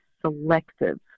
selective